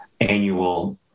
annual